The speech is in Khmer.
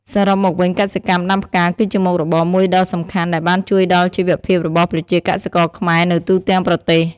សរុបមកវិញកសិកម្មដាំផ្កាគឺជាមុខរបរមួយដ៏សំខាន់ដែលបានជួយដល់ជីវភាពរបស់ប្រជាកសិករខ្មែរនៅទូទាំងប្រទេស។